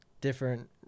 different